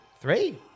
Three